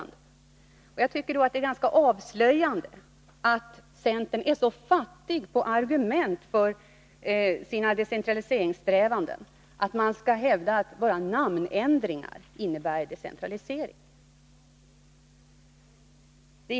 Det är då ganska avslöjande att ni i centern är så fattiga på argument för era decentraliseringssträvanden att ni hävdar att bara namnändringar innebär decentralisering.